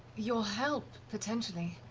your help, potentially.